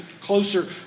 closer